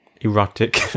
Erotic